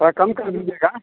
थोड़ा कम कर दीजिएगा